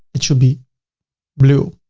it should be blue.